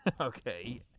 Okay